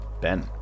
Ben